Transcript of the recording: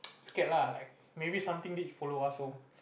scared lah like maybe something did follow us home